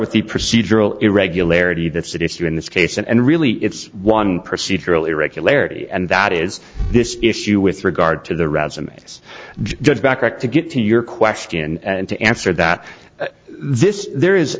with the procedural irregularity that's the issue in this case and really it's one procedural irregularity and that is this issue with regard to the resumes just backtrack to get to your question and to answer that this there is